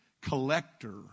collector